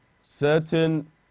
certain